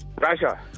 Russia